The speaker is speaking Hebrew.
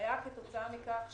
היה כתוצאה מכך שבינואר-פברואר,